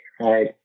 right